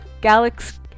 Galaxy